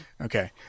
okay